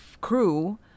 crew